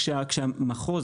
כשהמחוז,